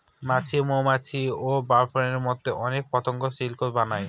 মাছি, মৌমাছি, ওবাস্পের মতো অনেক পতঙ্গ সিল্ক বানায়